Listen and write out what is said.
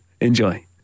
Enjoy